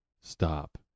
stop